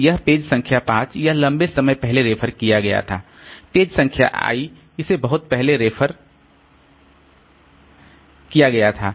तो यह पेज संख्या 5 यह लंबे समय पहले रेफर किया गया था पेज संख्या i इसे बहुत पहले रेफर किया गया था